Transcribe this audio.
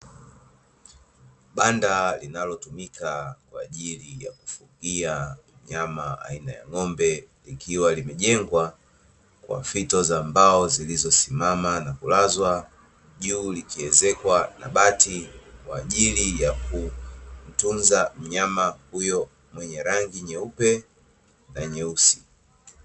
Banda linalotumika kwa ajili ya kufugia mnyama aina ya ng'ombe, likiwa limejengwa kwa fito za mbao zilizosimama na kulazwa, juu likiezekwa na bati kwa ajili ya kutunza mnyama huyo mwenye rangi nyeupe na nyeusi.